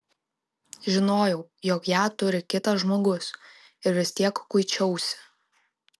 žinojau jog ją turi kitas žmogus ir vis tiek kuičiausi